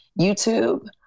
YouTube